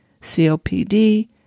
COPD